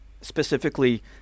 Specifically